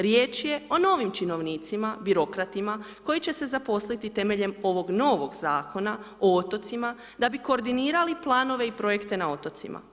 Riječ je o novim činovnicima, birokratima, koji će se zaposliti temeljem ovog novog Zakona o otocima, da bi koordinirali planove i projekte na otocima.